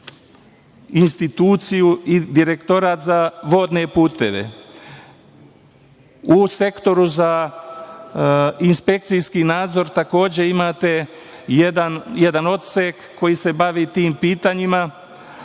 instituciju i Direktorat za vodne puteve, u sektoru za inspekcijski nadzor takođe imate jedan odsek koji se bavi tim pitanjima,